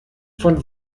von